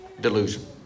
Delusion